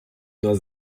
nur